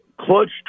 clutch